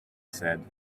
said